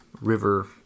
river